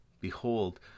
Behold